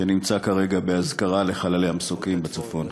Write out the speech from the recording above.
שנמצא כרגע באזכרה לחללי המסוקים בצפון.